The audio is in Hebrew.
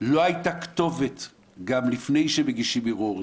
לא הייתה כתובת גם לפני שמגישים ערעור.